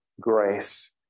grace